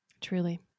Truly